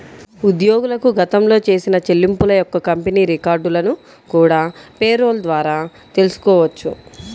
ఉద్యోగులకు గతంలో చేసిన చెల్లింపుల యొక్క కంపెనీ రికార్డులను కూడా పేరోల్ ద్వారా తెల్సుకోవచ్చు